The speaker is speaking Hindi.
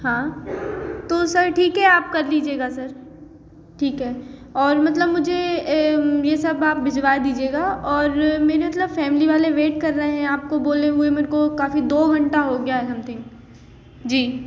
हाँ तो सर ठीक है आप कर लीजिएगा सर ठीक है और मतलब मुझे ये सब आप भिजवा दीजिएगा और मेरे मतलब फैमिली वाले वेट कर रहे हैं आपको बोले हुए मेरे को काफी दो घंटा हो गया है समथिंग जी